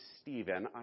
Stephen